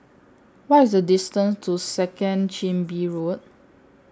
What IS The distance to Second Chin Bee Road